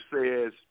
says